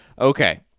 Okay